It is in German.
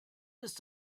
ist